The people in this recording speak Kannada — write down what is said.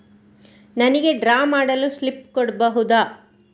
ನನಿಗೆ ಡ್ರಾ ಮಾಡಲು ಸ್ಲಿಪ್ ಕೊಡ್ಬಹುದಾ?